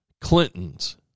Clinton's